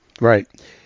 Right